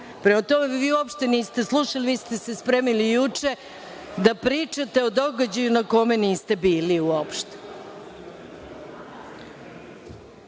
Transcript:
tome, vi uopšte niste slušali, vi ste se spremili juče da pričate o događaju na kome niste bili uopšte. Nemanja